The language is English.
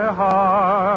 heart